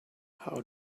how